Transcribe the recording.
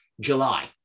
July